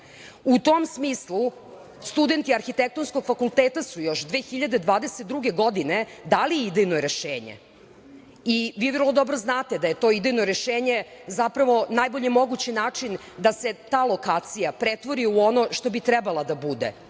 tom smislu studenti Arhitektonskog fakulteta su još 2022. godine dali idejno rešenje i vrlo dobro znate da je to idejno rešenje zapravo najbolje mogući način da se ta lokacija pretvori u ono što bi trebala da bude,